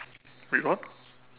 wait what